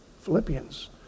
Philippians